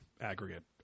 aggregate